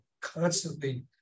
constantly